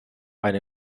eine